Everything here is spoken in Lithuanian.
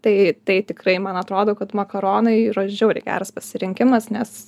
tai tai tikrai man atrodo kad makaronai yra žiauriai geras pasirinkimas nes